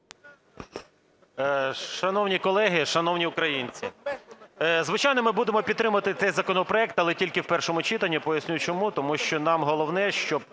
Шановні колеги, шановні українці! Звичайно, ми будемо підтримувати цей законопроект, але тільки в першому читанні. Поясню чому. Тому що нам головне, щоб